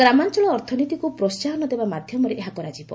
ଗ୍ରାମଞ୍ଚଳ ଅର୍ଥନୀତିକୁ ପ୍ରୋହାହନ ଦେବା ମାଧ୍ୟମରେ ଏହା କରାଯିବ